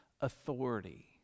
authority